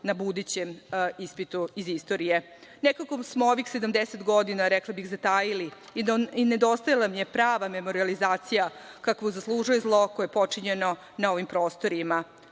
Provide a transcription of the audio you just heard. na budućem ispitu iz istorije. Nekako smo ovih 70 godina, rekla bih, zatajili i nedostajalo nam je prava memorijalizacija kakvu zaslužuje zlo koje je počinjeno na ovim prostorima,